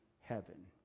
heaven